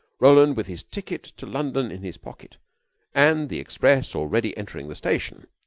roland, with his ticket to london in his pocket and the express already entering the station,